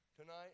Tonight